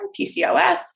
PCOS